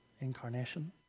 incarnation